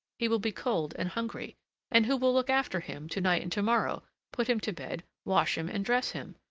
he will be cold and hungry and who will look after him to-night and to-morrow, put him to bed, wash him and dress him?